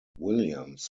williams